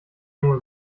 junge